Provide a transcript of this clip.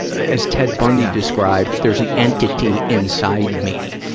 as ted bundy described, there's an entity inside me,